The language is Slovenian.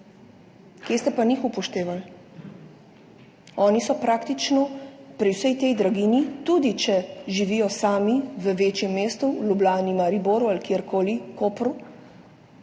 Kje ste pa njih upoštevali? Njih praktično pri vsej tej draginji, tudi če živijo sami v večjem mestu, v Ljubljani, Mariboru ali kjerkoli, v Kopru,